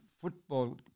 football